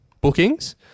bookings